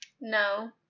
No